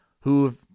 who've